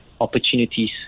opportunities